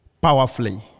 powerfully